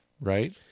right